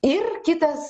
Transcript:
ir kitas